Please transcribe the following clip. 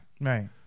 Right